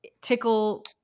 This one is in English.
tickle